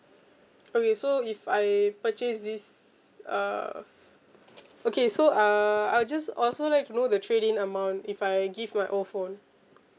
okay so if I purchase this uh okay so uh I just also like to know the trade in amount if I give my old phone